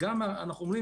לכן גם אם ניתן